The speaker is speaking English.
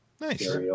Nice